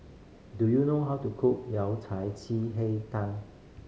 do you know how to cook Yao Cai ji hei tang